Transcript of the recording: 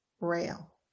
rail